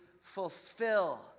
fulfill